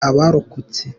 abarokotse